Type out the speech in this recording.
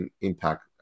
impact